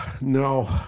no